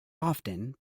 often